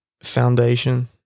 foundation